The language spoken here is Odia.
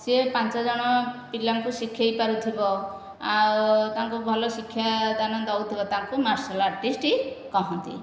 ସିଏ ପାଞ୍ଚଜଣ ପିଲାଙ୍କୁ ଶିଖାଇପାରୁଥିବ ଆଉ ତାଙ୍କୁ ଭଲ ଶିକ୍ଷାଦାନ ଦେଉଥିବ ତାକୁ ମାର୍ଶାଲ ଆର୍ଟିସ୍ଟ କହନ୍ତି